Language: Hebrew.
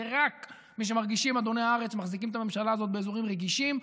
זה רק מי שמרגישים אדוני הארץ מחזיקים את הממשלה באזורים רגישים.